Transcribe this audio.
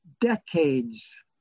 decades